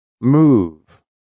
Move